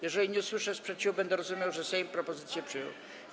Jeżeli nie usłyszę sprzeciwu, będę rozumiał, że Sejm propozycję przyjął.